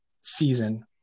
season